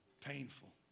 Painful